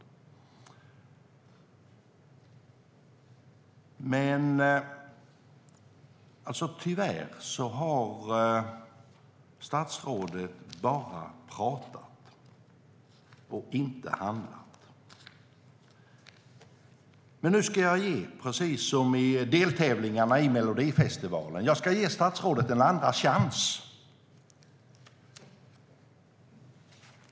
Tyvärr har statsrådet bara pratat och inte handlat., ge statsrådet en andra chans.